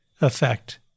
effect